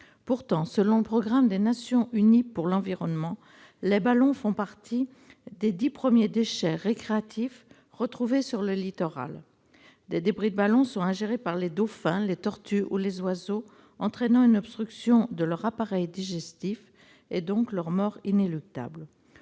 Pourtant, selon le Programme des Nations unies pour l'environnement, les ballons font partie des dix déchets récréatifs le plus fréquemment retrouvés sur le littoral. Des débris de ballon sont ingérés par des dauphins, des tortues ou des oiseaux, entraînant une obstruction de leur appareil digestif, et donc leur mort inéluctable.